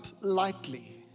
lightly